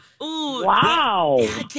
Wow